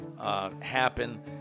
happen